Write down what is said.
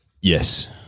Yes